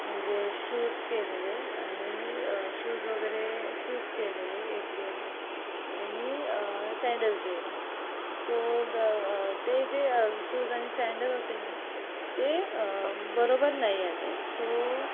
म्हणजे शूज केलेले आणि शूज वगैरे शूज केलेले एक जोड आणि सॅन्डल केलेले सो द ते जे शूज आणि सॅन्डल होते ना ते बरोबर नाही आले सो